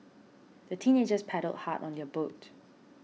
the teenagers paddled hard on their boat